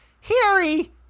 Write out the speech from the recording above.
Harry